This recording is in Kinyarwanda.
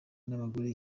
n’abagore